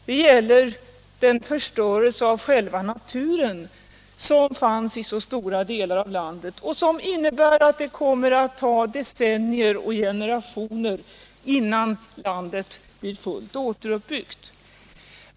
Det gäller den svåra förstörelsen av själva naturen i stora delar av landet, som innebär att det kommer att ta decennier och generationer innan landet blir fullt återuppbyggt.